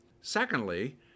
Secondly